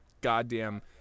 goddamn